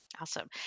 Awesome